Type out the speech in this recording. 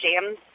James